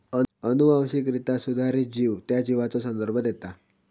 अनुवांशिकरित्या सुधारित जीव त्या जीवाचो संदर्भ देता